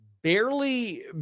barely